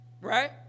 Right